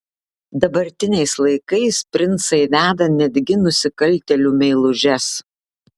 dabartiniais laikais princai veda netgi nusikaltėlių meilužes